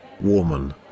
woman